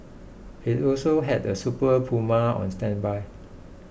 it also had a Super Puma on standby